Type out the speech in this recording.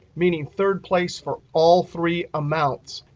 meaning third place for all three amounts.